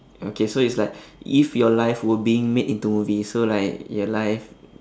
okay so it's like if your life were being made into movie so like your life